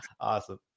Awesome